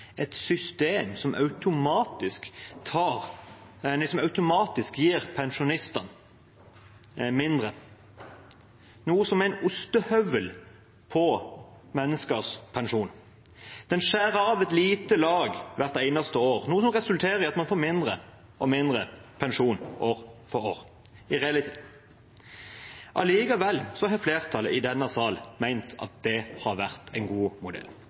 et system som automatisk gir pensjonistene mindre, og som er å bruke ostehøvel på menneskers pensjon. Den skjærer av et lite lag hvert eneste år, noe som resulterer i at man får mindre og mindre pensjon år for år i realiteten. Likevel har flertallet i denne sal ment at det har vært en god modell.